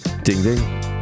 Ding-ding